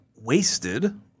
wasted